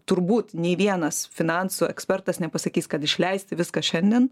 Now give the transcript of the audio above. turbūt nė vienas finansų ekspertas nepasakys kad išleisti viską šiandien